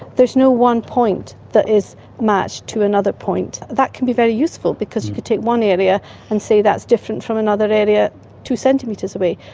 there is no one point that is matched to another point. that can be very useful because you can take one area and say that's different from another area two centimetres away.